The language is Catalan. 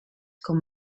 com